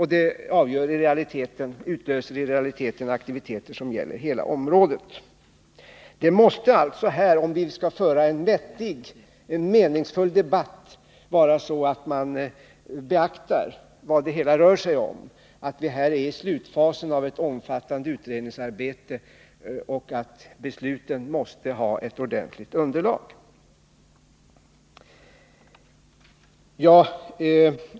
I realiteten utlöser det aktiviteter som gäller hela området. Skall vi föra en meningsfull debatt måste vi beakta vad det hela rör sig om: att detta är slutfasen i ett omfattande utredningsarbete och att besluten måste ha ett ordentligt underlag.